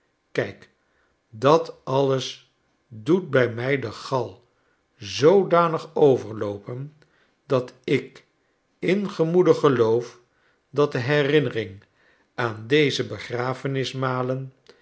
kijk dat alles doet bij mij de gal zoodanig overloopen dat ik in gemoede geloof dat de herinnering aan deze